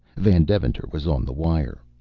van deventer was on the wire.